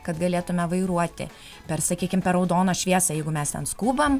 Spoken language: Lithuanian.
kad galėtume vairuoti per sakykim per raudoną šviesą jeigu mes ten skubam